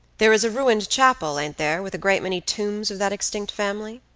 there is a ruined chapel, ain't there, with a great many tombs of that extinct family?